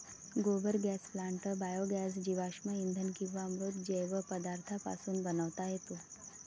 गोबर gas plant biogas जीवाश्म इंधन किंवा मृत जैव पदार्थांपासून बनवता येतो